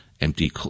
empty